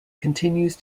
continues